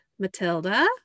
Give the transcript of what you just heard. Matilda